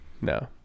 No